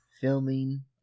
filming